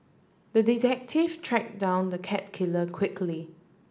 the detective track down the cat killer quickly